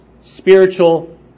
spiritual